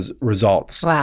results